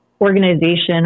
organization